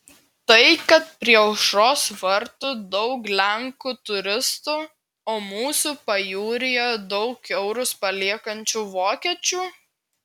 tai kad prie aušros vartų daug lenkų turistų o mūsų pajūryje daug eurus paliekančių vokiečių